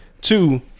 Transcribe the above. Two